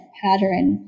pattern